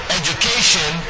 education